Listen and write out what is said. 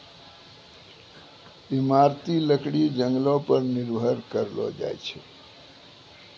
इमारती लकड़ी जंगलो पर निर्भर करलो जाय छै